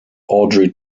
audrey